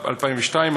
התשס"ב 2002,